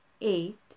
eight